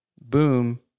boom